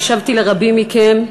הקשבתי לרבים מכם,